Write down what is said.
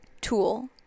tool